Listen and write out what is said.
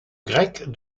grecque